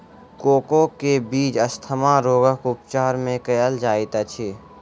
cocoa के बीज asthma रोगक उपचार मे कयल जाइत अछि